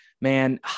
man